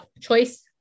choice